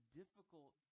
difficult